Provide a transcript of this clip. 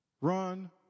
run